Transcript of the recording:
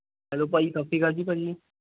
hello ਭਾਅ ਜੀ ਸਤਿ ਸ਼੍ਰੀ ਅਕਾਲ ਜੀ ਭਾਅ ਜੀ